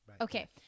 Okay